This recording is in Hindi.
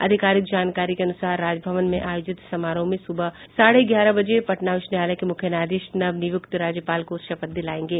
आधिकारिक जानकारी के अनुसार राजभवन में आयोजित समारोह में सुबह साढ़े ग्यारह बजे पटना उच्च न्यायालय के मुख्य न्यायाधीश नवनियुक्त राज्यपाल को शपथ दिलायेंगे